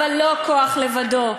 אבל לא כוח לבדו,